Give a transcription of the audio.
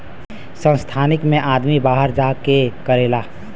संस्थानिक मे आदमी बाहर जा के करेला